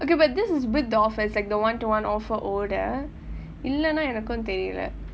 okay but this is with the offers like the one to one offer all that இல்லைனா எனக்கு தெரியில்லே:illainaa enakku theriyillae